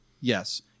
yes